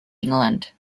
england